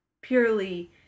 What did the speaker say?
purely